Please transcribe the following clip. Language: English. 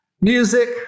Music